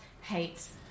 hates